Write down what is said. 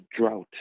drought